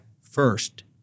first